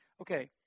Okay